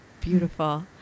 beautiful